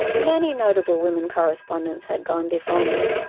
many notable women correspondents had gone before me.